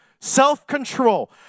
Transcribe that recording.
Self-control